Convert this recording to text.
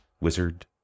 wizard